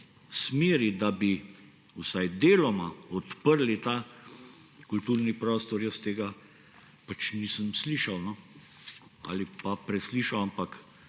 smeri, da bi vsaj deloma odprli kulturni prostor, pač nisem slišal. Ali pa sem preslišal, ampak